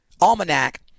almanac